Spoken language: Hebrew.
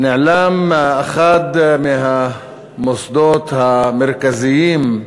נעלם אחד מהמוסדות המרכזיים במדינה,